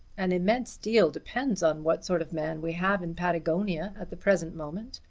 an immense deal depends on what sort of man we have in patagonia at the present moment.